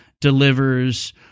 delivers